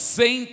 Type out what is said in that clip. sem